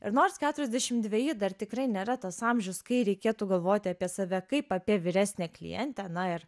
ir nors keturiasdešim dveji dar tikrai nėra tas amžius kai reikėtų galvoti apie save kaip apie vyresnę klientę na ir